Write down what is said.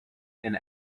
and